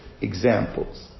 examples